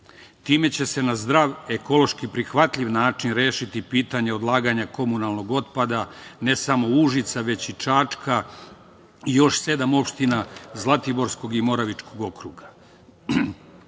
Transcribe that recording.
Time će se na zdrav, ekološki prihvatljiv način rešiti pitanje odlaganja komunalnog otpada, ne samo Užica, već i Čačka i još sedam opština Zlatiborskog i Moravičkog